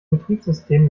betriebssystem